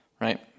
right